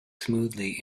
smoothly